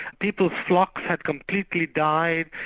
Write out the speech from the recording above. people's flocks had completely died,